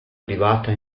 privata